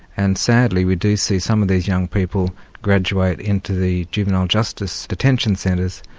and sadly, we do see some of these young people graduate into the juvenile justice detention centres,